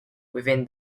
within